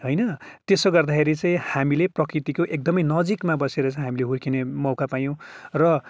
होइन त्यसो गर्दाखेरि चाहिँ हामीले प्रकृतिको एकदमै नजिकमा बसेर चाहिँ हामीले हुर्किने मौका पायौँ र